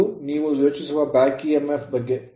ಇದು ನೀವು ಯೋಚಿಸುವ back EMF ಹಿಂದಿನ ಎಮ್ಫ್ ಬಗ್ಗೆ